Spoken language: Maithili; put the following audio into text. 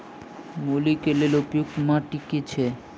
मूली केँ लेल उपयुक्त माटि केँ छैय?